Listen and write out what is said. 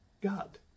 God